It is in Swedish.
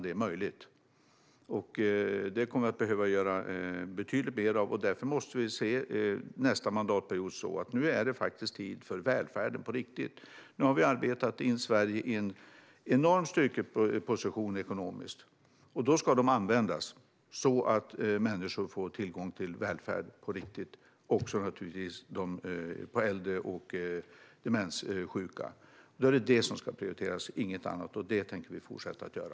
Det kommer vi också att behöva göra betydligt mer av. Därför är det nästa mandatperiod tid för välfärden på riktigt. Nu har vi arbetat in Sverige i en enorm styrkeposition ekonomiskt. Och då ska pengarna användas så att människor får tillgång till välfärd på riktigt, naturligtvis också äldre och demenssjuka. Det är det som ska prioriteras och inget annat. Och det tänker vi fortsätta göra.